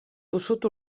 tossut